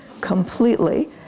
completely